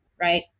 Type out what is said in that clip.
right